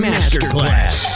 Masterclass